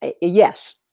yes